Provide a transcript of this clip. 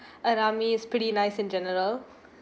in army is pretty nice in general